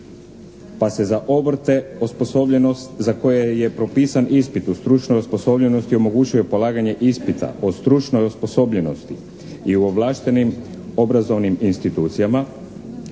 pa se za obrte osposobljenost za koje je propisan ispit o stručnoj osposobljenosti omogućuje polaganje ispita o stručnoj osposobljenosti i u ovlaštenim obrazovnim institucijama,